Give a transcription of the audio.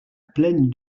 plaine